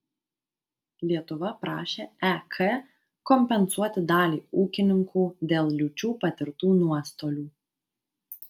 lietuva prašė ek kompensuoti dalį ūkininkų dėl liūčių patirtų nuostolių